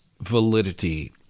validity